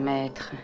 Maître